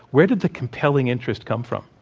where did the compelling interest come from?